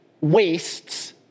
wastes